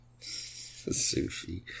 Sushi